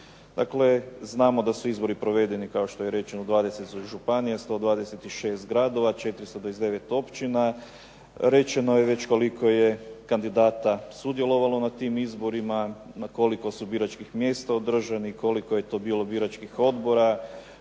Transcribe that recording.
Dakle, znamo da su izbori provedeni kao što je rečeno u 20 županija, 126 gradova, 429 općina. Rečeno je već koliko je kandidata sudjelovalo na tim izborima, na koliko su biračkih mjesta održani, koliko je to bilo biračkih odbora,